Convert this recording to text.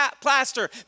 plaster